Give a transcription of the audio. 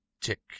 tick